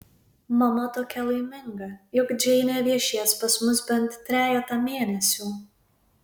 mama tokia laiminga juk džeinė viešės pas mus bent trejetą mėnesių